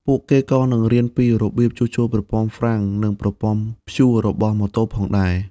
ពួកគេក៏នឹងរៀនពីរបៀបជួសជុលប្រព័ន្ធហ្វ្រាំងនិងប្រព័ន្ធព្យួររបស់ម៉ូតូផងដែរ។